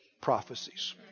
prophecies